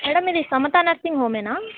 madam ఇది Samatha nursing హోమేనా